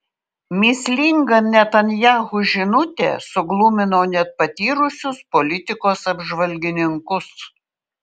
mįslinga netanyahu žinutė suglumino net patyrusius politikos apžvalgininkus